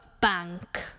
bank